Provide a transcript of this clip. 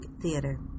theater